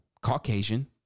Caucasian